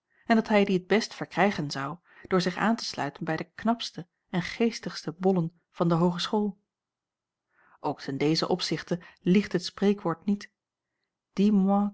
en dat hij die t best verkrijgen zou door zich aan te sluiten bij de knapste en geestigste bollen van de hoogeschool ook te dezen opzichte liegt het spreekwoord niet